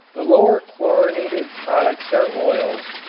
the lower chlorinated products are oils,